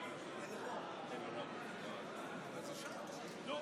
להלן תוצאות ההצבעה: 53 בעד, 62 נגד.